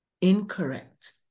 incorrect